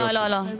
לא, לא, לא.